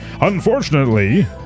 unfortunately